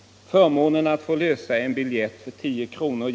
Förmånen att få lösa en biljett för 10 kr.